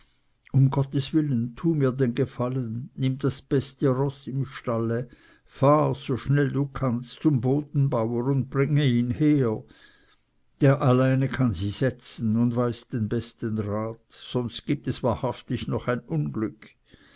um gottes willen tue mir den gefallen nimm das beste roß im stalle fahr so schnell du kannst zum bodenbauer und bringe ihn her der alleine kann sie setzen und weiß den besten rat sonst gibt es wahrhaftig noch ein unglück